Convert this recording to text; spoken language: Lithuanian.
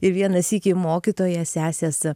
ir vieną sykį mokytoja sesės